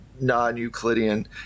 non-Euclidean